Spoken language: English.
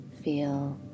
feel